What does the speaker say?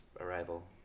arrival